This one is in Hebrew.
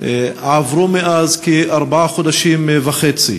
110 מאת חבר הכנסת יוסף ג'בארין